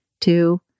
Two